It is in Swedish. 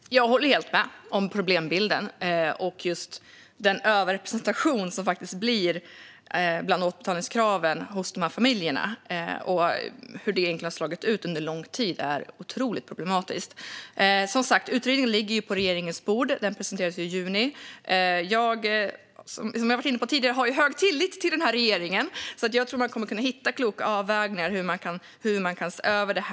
Fru talman! Jag håller helt med när det gäller problembilden. Det uppstår en överrepresentation för dessa familjer bland återbetalningskraven. Hur detta har slagit under lång tid är otroligt problematiskt. Utredningen ligger som sagt på regeringens bord; den presenteras i juni. Som jag har varit inne på tidigare har jag hög tillit till den här regeringen, så jag tror att man kommer att kunna hitta kloka avvägningar när det gäller hur man kan se över detta.